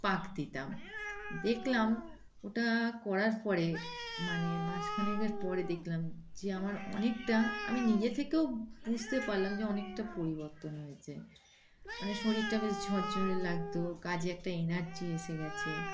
পাক দিতাম দেখলাম ওটা করার পরে মানে মাস খানেকের পরে দেখলাম যে আমার অনেকটা আমি নিজে থেকেও বুঝতে পারলাম যে অনেকটা পরিবর্তন হয়েছে মানে শরীরটা বেশ ঝরঝরে লাগত কাজে একটা এনার্জি এসে গিয়েছে